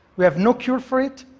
we have no cure for it,